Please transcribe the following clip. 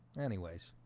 anyways